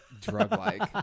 drug-like